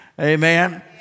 Amen